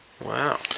Wow